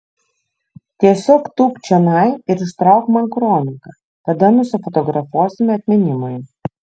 tiesiog tūpk čionai ir ištrauk man kroniką tada nusifotografuosime atminimui